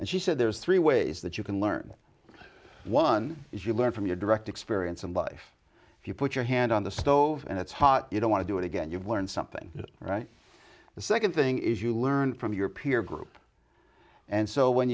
and she said there's three ways that you can learn one is you learn from your direct experience in life if you put your hand on the stove and it's hot you don't want to do it again you've learned something right the second thing is you learn from your peer group and so when